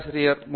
பேராசிரியர் பி